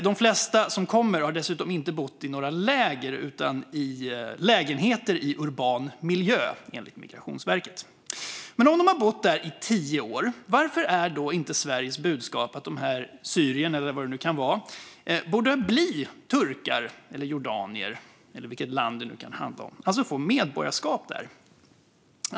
De flesta som kommer har dessutom inte bott i några läger utan i lägenheter i urban miljö, enligt Migrationsverket. Om de har bott där i tio år, varför är då inte Sveriges budskap att dessa syrier, eller vad det nu kan vara, borde bli turkar, jordanier, eller vilket land det nu kan handla om, det vill säga få medborgarskap där?